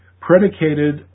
predicated